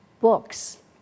books